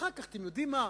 אחר כך, אתם יודעים מה,